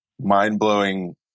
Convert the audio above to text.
mind-blowing